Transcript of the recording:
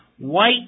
White